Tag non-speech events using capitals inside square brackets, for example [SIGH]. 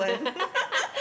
[LAUGHS]